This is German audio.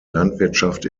landwirtschaft